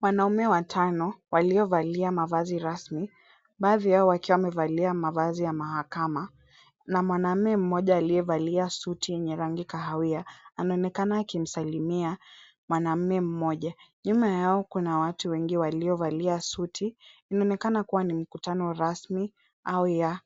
Wanaume watano waliovalia mavazi rasmi, baadhi yao wakiwa wamevalia mavazi ya mahakama na wanamume mmoja aliyevalia suti yenye rangi kahawia anaonekana akimsalimia mwanamume mmoja. Nyuma yao kuna watu wengi waliovalia suti, inaonekana kuwa ni mkutano rasmi au ya